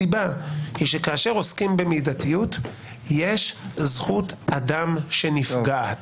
שכאשר עוסקים במידתיות יש זכות אדם שנפגעת,